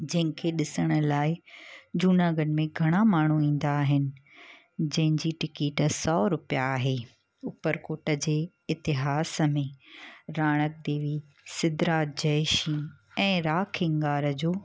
जंहिंखे ॾिसण लाइ जूनागढ़ मे घणा माण्हू ईंदा आहिनि जंहिंजी टिकिट सौ रुपया आहे ऊपरकोट जे इतिहास में राणकदेवी सिद्धराज जयश्री ऐं राखिंगार जो